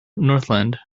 northland